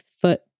foot